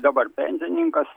dabar pensininkas